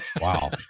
Wow